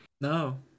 no